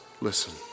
listen